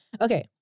Okay